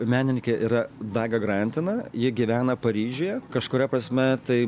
menininkė yra daga grantina ji gyvena paryžiuje kažkuria prasme tai